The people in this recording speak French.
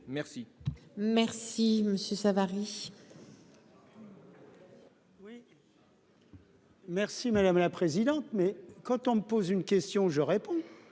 merci.